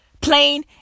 Plain